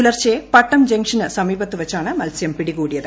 പുലർച്ചെ പട്ടം ജംഗ്ഷനു സമീപത്ത് വച്ചാണ് മൽസ്യം പിടികൂടിയത്